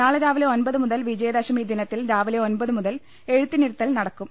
നാളെ രാവിലെ ഒമ്പത് മുതൽ വിജയ ദശമി ദിനത്തിൽ രാവിലെ ഒമ്പത് മുതൽ എഴുത്തിനിരുത്തൽ നടക്കും